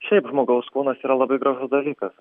šiaip žmogaus kūnas yra labai gražus dalykas